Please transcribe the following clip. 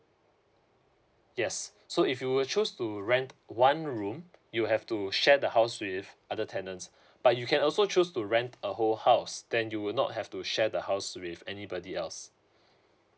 yes so if you were choose to rent one room you'll have to share the house with other tenants but you can also choose to rent a whole house then you will not have to share the house with anybody else